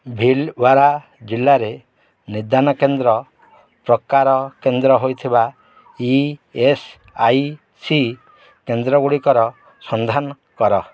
ଭୀଲ୍ୱାରା ଜିଲ୍ଲାରେ ନିଦାନ କେନ୍ଦ୍ର ପ୍ରକାର କେନ୍ଦ୍ର ହୋଇଥିବା ଇ ଏସ୍ ଆଇ ସି କେନ୍ଦ୍ରଗୁଡ଼ିକର ସନ୍ଧାନ କର